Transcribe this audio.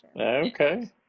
okay